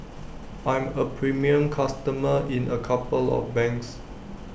I'm A premium customer in A couple of banks